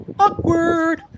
Awkward